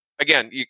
Again